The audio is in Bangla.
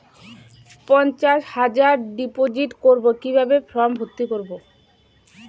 পঞ্চাশ হাজার ডিপোজিট করবো কিভাবে ফর্ম ভর্তি করবো?